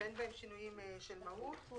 ואין בהם שינויים של מהות.